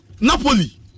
Napoli